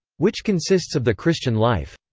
which consists of the christian life.